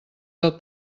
del